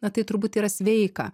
na tai turbūt yra sveika